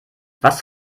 was